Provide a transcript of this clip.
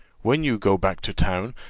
when you go back to town,